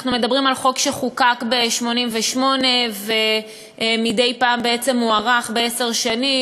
אנחנו מדברים על חוק שחוקק ב-1988 ומדי פעם מוארך בעשר שנים.